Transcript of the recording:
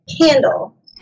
candle